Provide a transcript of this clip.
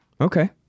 Okay